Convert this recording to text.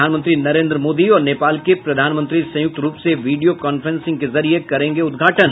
प्रधानमंत्री नरेंद्र मोदी और नेपाल के प्रधानमंत्री संयुक्त रूप से वीडियो कांफ्रेंसिंग के जरिये करेंगे उद्घाटन